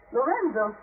Lorenzo